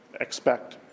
expect